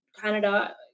Canada